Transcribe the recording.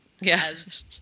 Yes